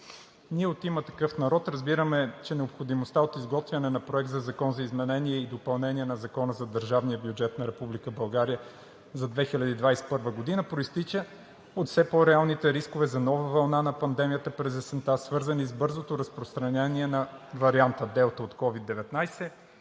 Ние от „Има такъв народ“ разбираме, че необходимостта от изготвяне на Проект на закон за изменение и допълнение на Закона за държавния бюджет на Република България за 2021 г. произтича от все по-реалните рискове за нова вълна на пандемията през есента, свързани с бързото разпространение на варианта Делта от COVID 19,